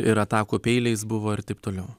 ir atakų peiliais buvo ir taip toliau